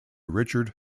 richard